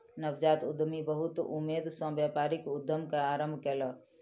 नवजात उद्यमी बहुत उमेद सॅ व्यापारिक उद्यम के आरम्भ कयलक